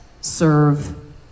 serve